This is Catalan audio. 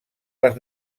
les